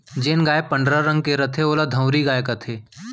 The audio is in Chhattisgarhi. जेन गाय पंडरा रंग के रथे ओला धंवरी गाय कथें